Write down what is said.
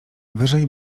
wyżej